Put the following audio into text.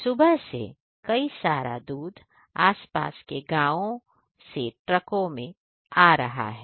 सुबह से कई सारा दूध आस पास के गांव से ट्रकों में आ रहा है